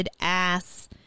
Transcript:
ass